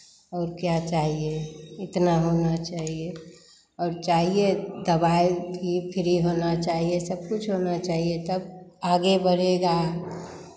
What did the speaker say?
और क्या चाहिए इतना होना चाहिए और चाहिए दबाई भी फ्री होना चाहिए सब कुछ होना चाहिए तब आगे बढ़ेगा